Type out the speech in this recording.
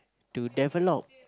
to develop